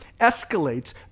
escalates